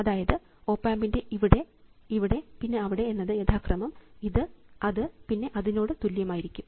അതായത് അത് ഓപ് ആമ്പിൻറെ ഇവിടെ ഇവിടെ പിന്നെ അവിടെ എന്നത് യഥാക്രമം ഇത് അത് പിന്നെ അതിനോട് തുല്യമായിരിക്കും